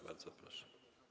Bardzo proszę.